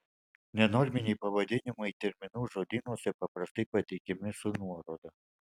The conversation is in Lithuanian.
nenorminiai pavadinimai terminų žodynuose paprastai pateikiami su nuoroda